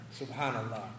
subhanallah